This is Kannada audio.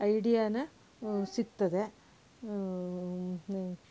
ಐಡಿಯಾನೂ ಸಿಗ್ತದೆ